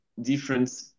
different